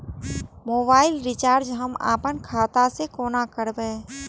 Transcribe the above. Mobile recharge हम आपन खाता से कोना करबै?